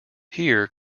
here